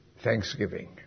Thanksgiving